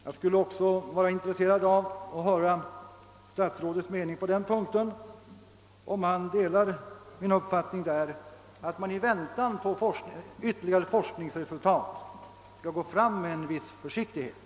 Jag är intresserad av att få veta huruvida statsrådet delar min uppfattning att radio TV bör gå fram med försiktighet i avvaktan på de forskningsresultat som här efterlysts!